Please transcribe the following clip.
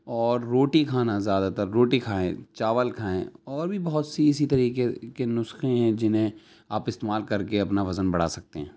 اور روٹی کھانا زیادہ تر روٹی کھائیں چاول کھائیں اور بھی بہت سی اسی طریقے کے نسخے ہیں جنہیں آپ استعمال کر کے اپنا وزن بڑھا سکتے ہیں